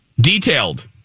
Detailed